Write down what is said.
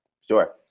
Sure